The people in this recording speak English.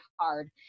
hard